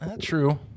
True